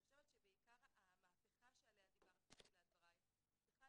אני חושבת שבעיקר המהפכה שעליה דיברת בתחילת דברייך צריכה